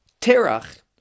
terach